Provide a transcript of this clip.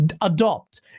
adopt